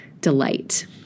delight